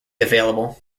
available